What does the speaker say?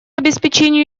обеспечению